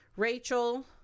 Rachel